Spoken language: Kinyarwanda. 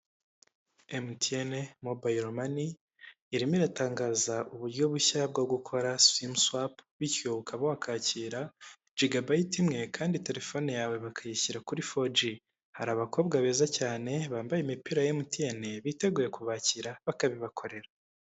MTN mobile money irimo iratangaza uburyo bushya bwo gukora simu suwapu bityo ukaba wakwakira jiga biyiti imwe kandi telefone yawe bakayishyira kuri foji, hari abakobwa beza cyane bambaye imipira ya MTN biteguye kubakira bakabibakorera.